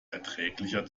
erträglicher